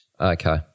Okay